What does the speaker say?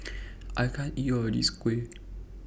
I can't eat All of This Kuih